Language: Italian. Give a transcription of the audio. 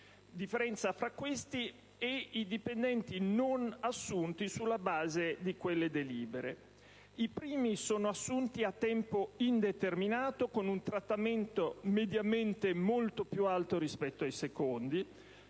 dei Gruppi attivi, e i dipendenti non assunti sulla base di quei provvedimenti. I primi sono assunti a tempo indeterminato con un trattamento mediamente molto più alto rispetto ai secondi,